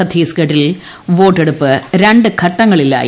ഷൂത്തീസ്ഗഡിൽ വോട്ടെടുപ്പ് രണ്ട് ഘട്ടങ്ങളില്ലായി